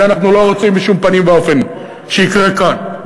זה אנחנו לא רוצים בשום פנים ואופן שיקרה כאן.